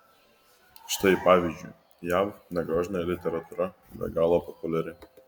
štai pavyzdžiui jav negrožinė literatūra be galo populiari